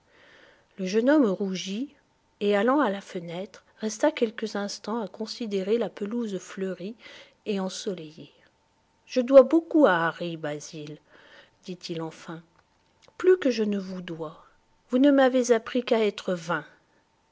le jeune homme rougit et allant à la fenêtre resta quelques instants à considérer la pelouse fleurie et ensoleillée je dois beaucoup à harry basil dit-il enfin plus que je ne vous dois vous ne m'avez appris qu'à être vain